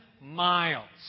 miles